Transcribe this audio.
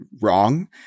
wrong